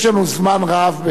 יש לנו זמן רב,